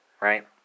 right